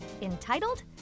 entitled